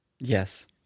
Yes